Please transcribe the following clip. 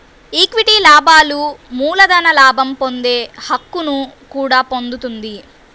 equity లాభాలు మూలధన లాభం పొందే హక్కును కూడా పొందుతుంది